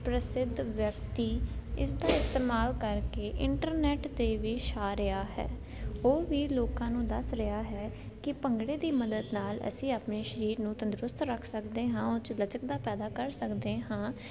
ਪ੍ਰਸਿੱਧ ਵਿਅਕਤੀ ਇਸ ਦਾ ਇਸਤੇਮਾਲ ਕਰਕੇ ਇੰਟਰਨੈਟ 'ਤੇ ਵੀ ਛਾ ਰਿਹਾ ਹੈ ਉਹ ਵੀ ਲੋਕਾਂ ਨੂੰ ਦੱਸ ਰਿਹਾ ਹੈ ਕਿ ਭੰਗੜੇ ਦੀ ਮਦਦ ਨਾਲ ਅਸੀਂ ਆਪਣੇ ਸਰੀਰ ਨੂੰ ਤੰਦਰੁਸਤ ਰੱਖ ਸਕਦੇ ਹਾਂ ਉਹ 'ਚ ਲਚਕਦਾ ਪੈਦਾ ਕਰ ਸਕਦੇ ਹਾਂ